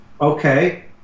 okay